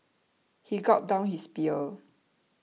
he gulped down his beer